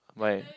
my